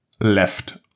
left